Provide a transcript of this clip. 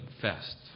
fest